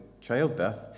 childbirth